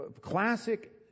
classic